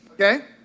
okay